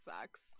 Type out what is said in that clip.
sucks